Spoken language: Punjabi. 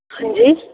ਹਾਂਜੀ